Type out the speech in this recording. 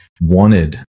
wanted